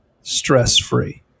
stress-free